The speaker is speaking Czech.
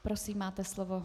Prosím, máte slovo.